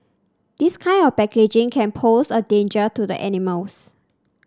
this kind of packaging can pose a danger to the animals